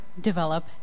develop